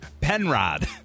Penrod